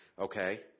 okay